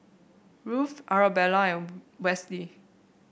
Ruth Arabella and Wesley